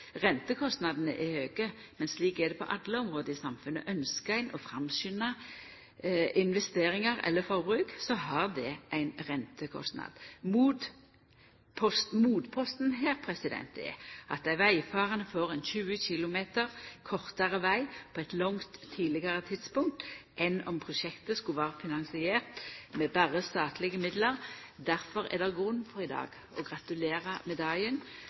Rentekostnadene er høge, men slik er det på alle område i samfunnet. Ynskjer ein å framskunde investeringar eller forbruk, har det ein rentekostnad. Motposten her er at dei vegfarande får ein 20 km kortare veg på eit langt tidlegare tidspunkt enn om prosjektet skulle vore finansiert med berre statlege midlar. Difor er det i dag grunn til å gratulera